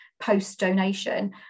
post-donation